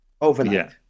overnight